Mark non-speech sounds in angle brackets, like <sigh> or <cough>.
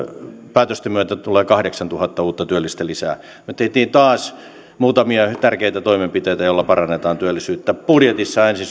päätösten myötä tulee kahdeksantuhatta uutta työllistä lisää me teimme taas muutamia tärkeitä toimenpiteitä joilla parannetaan työllisyyttä budjetissa ensi <unintelligible>